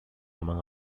among